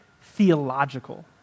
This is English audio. theological